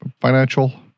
financial